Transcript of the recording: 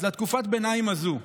תקופת הביניים הזאת,